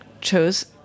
chose